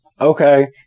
Okay